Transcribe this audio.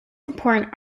important